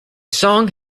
song